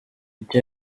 icyo